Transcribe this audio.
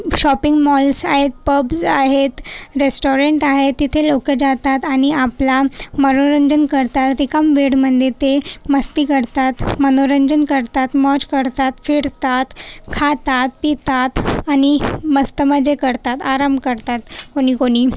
shopping malls आहेत pubs आहेत restaurant आहे तिथे लोक जातात आणि आपला मनोरंजन करतात रिकामं वेळामध्ये ते मस्ती करतात मनोरंजन करतात मौज करतात फिरतात खातात पितात आणि मस्त मजे करतात आराम करतात कोणी कोणी